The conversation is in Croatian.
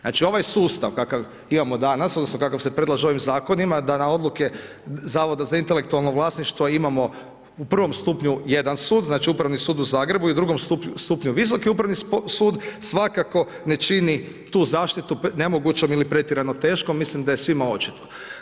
Znači ovaj sustav kakav imamo danas odnosno kakav se predlaže ovim zakonima da na odluke Zavoda za intelektualno vlasništvo imamo u prvom stupnju jedan sud, znači Upravni sud u Zagrebu i u drugom stupnju Visoki upravni sud, svakako ne čini tu zaštitu nemogućom ili pretjerano teškom, mislim da je svima očito.